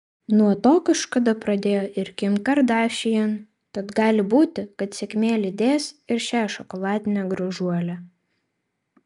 nuo to kažkada pradėjo ir kim kardashian tad gali būti kad sėkmė lydės ir šią šokoladinę gražuolę